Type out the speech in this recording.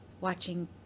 watching